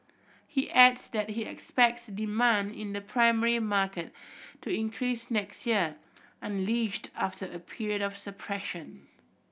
he adds that he expects demand in the primary market to increase next year unleashed after a period of suppression